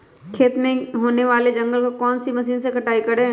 खेत में होने वाले जंगल को कौन से मशीन से कटाई करें?